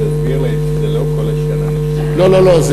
אבל תסביר להם שזה לא כל השנה, לא, לא, לא.